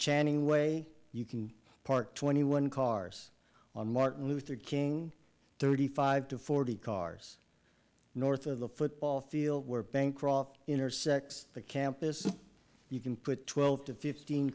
channing way you can park twenty one cars on martin luther king thirty five to forty cars north of the football field where bancroft intersects the campus you can put twelve to fifteen